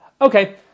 okay